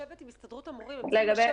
יש הסכם קיבוצי עם הסתדרות המורים על פיו